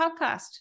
podcast